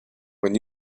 when